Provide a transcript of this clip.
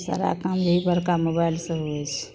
सारा काम यही बड़का मोबाइलसँ होइ छै